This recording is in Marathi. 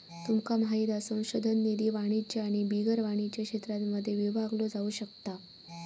तुमका माहित हा संशोधन निधी वाणिज्य आणि बिगर वाणिज्य क्षेत्रांमध्ये विभागलो जाउ शकता